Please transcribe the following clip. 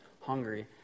hungry